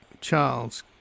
Charles